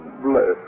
Bless